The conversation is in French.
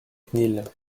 cnil